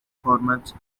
formats